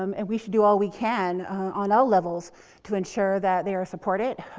um and we should do all we can on all levels to ensure that they are supported,